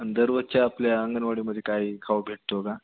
आणि दररोजच्या आपल्या अंगणवाडीमध्ये काही खाऊ भेटतो का